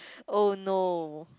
oh no